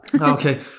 Okay